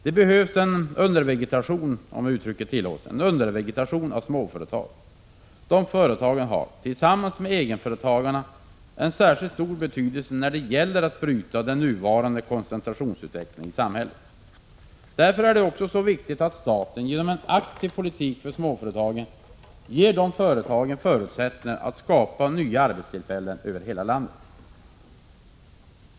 Det behövs en ”undervegetation”, om uttrycket tillåts, av småföretag. Dessa företag har, tillsammans med egenföretagarna, en särskilt stor betydelse när det gäller att bryta den nuvarande koncentrationsutvecklingen i samhället. Därför är det så viktigt att staten genom en aktiv politik för småföretagen ger dessa förutsättningar att skapa nya arbetstillfällen över hela landet.